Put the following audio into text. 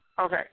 Okay